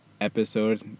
episode